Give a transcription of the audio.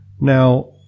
now